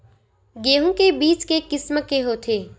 गेहूं के बीज के किसम के होथे?